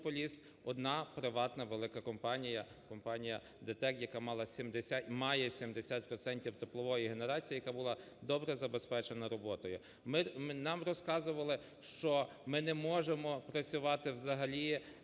одна приватна велика компанія, компанія ДЕТК, яка мала, має 70 процентів теплової генерації, яка була добре забезпечена роботою. Нам розказували, що ми не можемо працювати взагалі